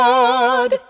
God